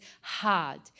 hard